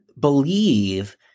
believe